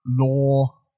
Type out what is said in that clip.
Law